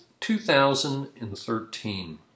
2013